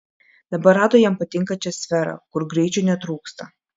dabar rado jam patinkančią sferą kur greičio netrūksta